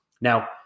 Now